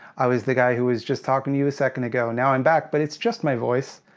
i was the guy, who was just talking to you a second ago. now i'm back, but it's just my voice.